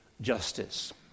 justice